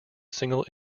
single